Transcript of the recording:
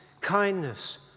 kindness